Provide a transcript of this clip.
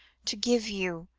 to give you